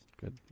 Good